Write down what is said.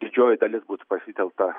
didžioji dalis būtų pasitelkta